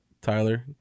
Tyler